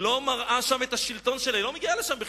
על שטח יהודי, ואין פוצה פה ואין מצפצף ואין